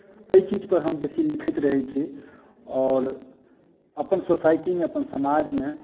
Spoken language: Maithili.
एहि चीज पर हम बेसी लिखैत रहैत छी आओर अपन सोसाइटीमे अपन समाजमे